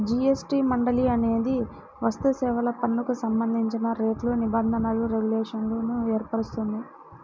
GST మండలి అనేది వస్తుసేవల పన్నుకు సంబంధించిన రేట్లు, నిబంధనలు, రెగ్యులేషన్లను ఏర్పరుస్తుంది